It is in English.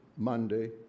Monday